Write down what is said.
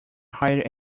hire